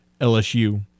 LSU